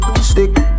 stick